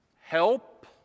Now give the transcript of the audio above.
help